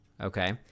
okay